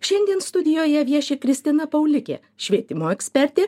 šiandien studijoje vieši kristina paulikė švietimo ekspertė